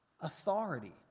authority